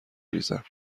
ریزم